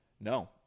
No